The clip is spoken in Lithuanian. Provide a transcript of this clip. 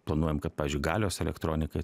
planuojam kad pavyzdžiui galios elektronikai